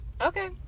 okay